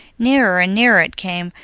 nearer and nearer it came,